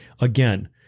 Again